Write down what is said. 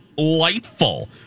Delightful